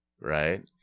right